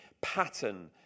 pattern